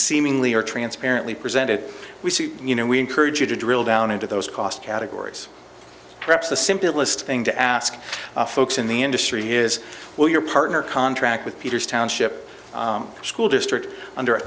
seemingly or transparently presented we see you know we encourage you to drill down into those cost categories perhaps the simplest thing to ask folks in the industry is well your partner contract with peters township school district under